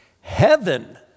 heaven